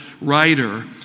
writer